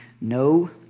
no